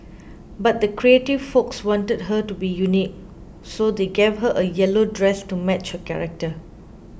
but the creative folks wanted her to be unique so they gave her a yellow dress to match her character